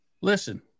listen